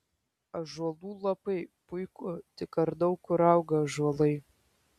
ąžuolų lapai puiku tik ar daug kur auga ąžuolai